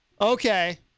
Okay